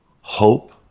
hope